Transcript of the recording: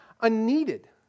unneeded